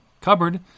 cupboard